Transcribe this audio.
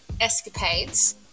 escapades